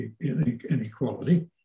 inequality